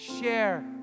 share